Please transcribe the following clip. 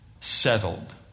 settled